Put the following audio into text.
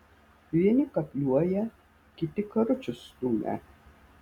vieni kapliuoja kiti karučius stumia